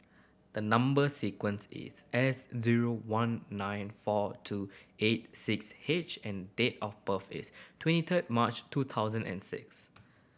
the number sequence is S zero one nine four two eight six H and date of birth is twenty third March two thousand and six